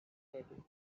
dirty